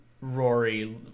Rory